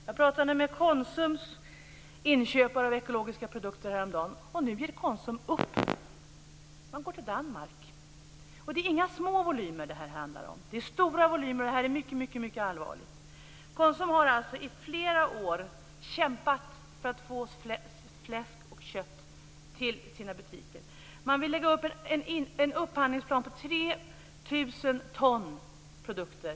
Jag pratade med Konsums inköpare av ekologiska produkter häromdagen. Nu ger Konsum upp. De går till Danmark. Och det är inga små volymer det handlar om. Det är stora volymer, och det är mycket allvarligt. Konsum har alltså i flera år kämpat för att få fläsk och kött till sina butiker. De vill lägga upp en upphandlingsplan på 3 000 ton produkter.